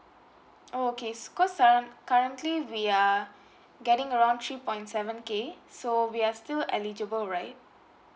oh okay so 'cos ah currently we are getting around three point seven k so we are still eligible right